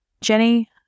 Jenny